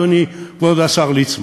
אדוני כבוד השר ליצמן,